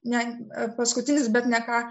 ne paskutinis bet ne ką